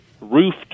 roof